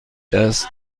دست